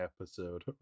episode